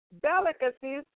delicacies